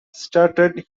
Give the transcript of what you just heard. started